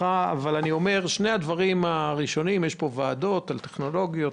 לגבי שני הדברים הראשונים יש פה ועדות על טכנולוגיה,